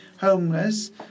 homeless